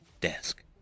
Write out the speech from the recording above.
desk